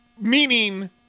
meaning